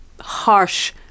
harsh